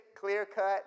clear-cut